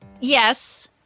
yes